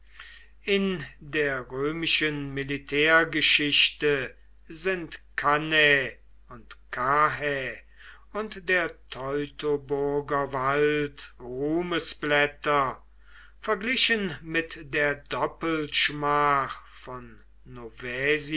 in der römischen militärgeschichte sind cannae und karrhä und der teutoburger wald ruhmesblätter verglichen mit der doppelschmach von